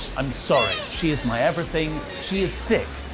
i'm sorry she is my everything. she is sick.